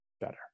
better